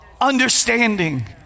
understanding